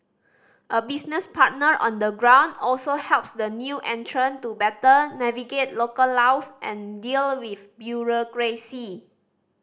a business partner on the ground also helps the new entrant to better navigate local laws and deal with bureaucracy